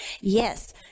Yes